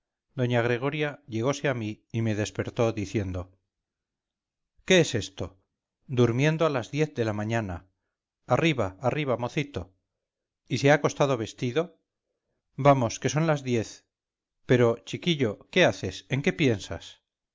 doña gregoria llegose a mí y me despertó diciendo qué es esto durmiendo a las diez de la mañana arriba arriba mocito y se ha acostado vestido vamos que son las diez pero chiquillo qué haces en qué piensas